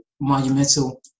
monumental